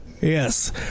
Yes